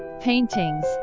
paintings